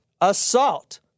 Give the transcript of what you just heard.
assault